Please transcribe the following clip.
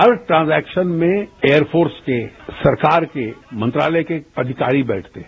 हर transaction में air force के सरकार के मंत्रालयों के अधिकारी बैठते हैं